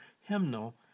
hymnal